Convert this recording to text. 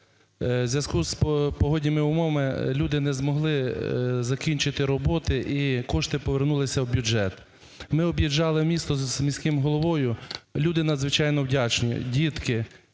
У зв'язку з погодними умовами люди не змогли закінчити роботи - і кошти повернулися в бюджет. Ми об'їжджали місто з міським головою. Люди надзвичайно вдячні, дітки,